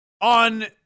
on